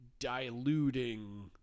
diluting